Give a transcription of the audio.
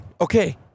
Okay